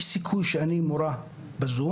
יש סיכוי שאני מורה בזום,